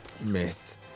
myth